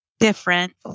different